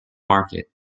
market